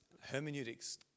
Hermeneutics